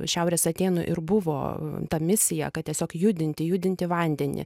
šiaurės atėnų ir buvo ta misija kad tiesiog judinti judinti vandenį